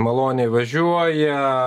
maloniai važiuoja